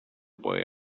boy